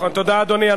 תודה, אדוני.